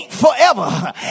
forever